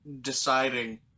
deciding